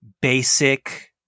basic